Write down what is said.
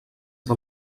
del